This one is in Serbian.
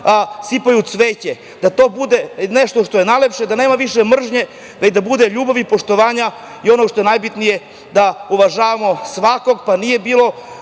sipaju cveće, da to bude nešto što je najlepše, da nema više mržnje, već da bude ljubavi i poštovanja i, ono što je najbitnije, da uvažavamo svakog, pa nije bitno